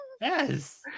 yes